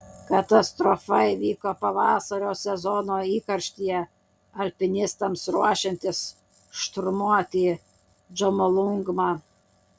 katastrofa įvyko pavasario sezono įkarštyje alpinistams ruošiantis šturmuoti džomolungmą